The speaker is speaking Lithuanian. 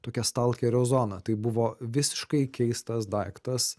tokia stalkerio zona tai buvo visiškai keistas daiktas